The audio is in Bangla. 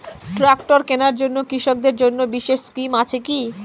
ট্রাক্টর কেনার জন্য কৃষকদের জন্য বিশেষ স্কিম আছে কি?